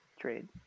trade